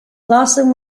larson